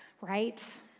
right